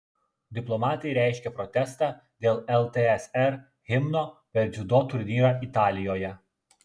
diplomatai reiškia protestą dėl ltsr himno per dziudo turnyrą italijoje